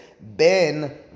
Ben